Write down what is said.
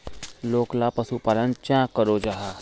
लोकला पशुपालन चाँ करो जाहा?